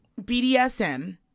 BDSM